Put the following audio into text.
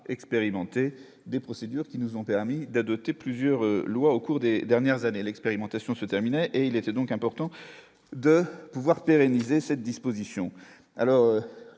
expérimenté des procédures qui nous ont permis d'adopter plusieurs lois au cours des dernières années, l'expérimentation se terminait et il était donc important de pouvoir pérenniser cette disposition